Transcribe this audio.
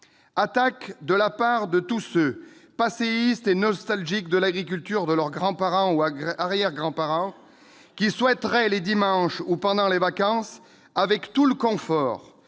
attaques. Attaques de tous ceux, passéistes et nostalgiques de l'agriculture de leurs grands-parents ou arrière-grands-parents, qui souhaiteraient, les dimanches ou pendant les vacances, avec tout le confort,